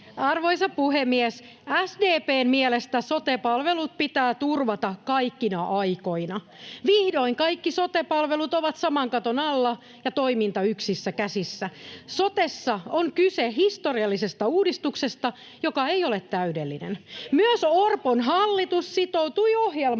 Arvoisa puhemies! SDP:n mielestä sote-palvelut pitää turvata kaikkina aikoina. Vihdoin kaikki sote-palvelut ovat saman katon alla ja toiminta yksissä käsissä. Sotessa on kyse historiallisesta uudistuksesta, joka ei ole täydellinen. [Sanna Antikaisen välihuuto]